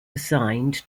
assigned